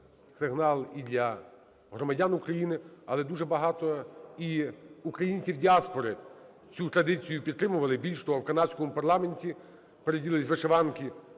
сигнал і для громадян України, але дуже багато і українців діаспори цю традицію підтримували. Більш того, в канадському парламенті перевдяглись у вишиванки